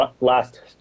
Last